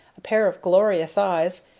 a pair of glorious eyes,